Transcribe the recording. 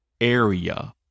area